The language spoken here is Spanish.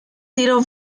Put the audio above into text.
dieron